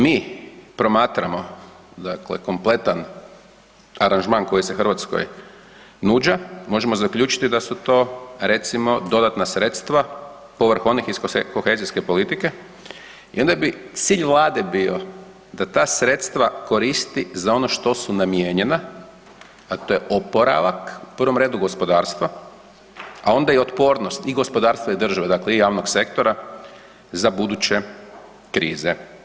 Međutim, ako mi promatramo kompletan aranžman koji se Hrvatskoj nuđa, možemo zaključiti da su to recimo dodatna sredstva povrh onih iz kohezijske politike i onda bi cilj Vlade bio da ta sredstva koristi za ono što su namijenjena, a to je oporavak u prvom redu gospodarstva, a onda i otpornost i gospodarstva i države, dakle i javnog sektora za buduće krize.